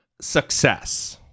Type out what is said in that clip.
success